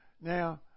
Now